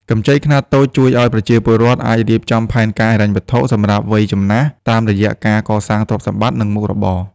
កម្ចីខ្នាតតូចជួយឱ្យប្រជាពលរដ្ឋអាចរៀបចំផែនការហិរញ្ញវត្ថុសម្រាប់វ័យចំណាស់ តាមរយៈការកសាងទ្រព្យសម្បត្តិ និងមុខរបរ។